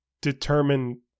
determine